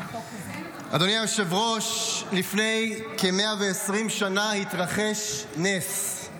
אדוני היושב-ראש, לפני כ-120 שנה התרחש נס: